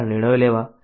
સંચાર નિર્ણયો લેવા